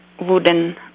wooden